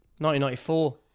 1994